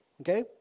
Okay